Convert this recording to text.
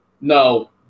no